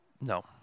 No